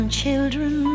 children